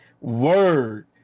Word